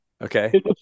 Okay